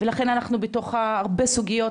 ולכן אנחנו בתוך הרבה סוגיות,